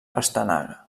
pastanaga